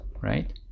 right